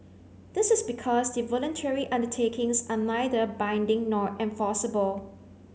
this is because the voluntary undertakings are neither binding nor enforceable